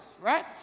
right